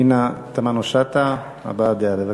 חברת הכנסת פנינה תמנו-שטה, הבעת דעה, בבקשה.